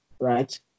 right